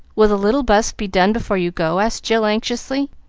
will the little bust be done before you go? asked jill, anxiously,